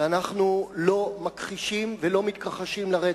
ואנחנו לא מכחישים ולא מתכחשים לרצח.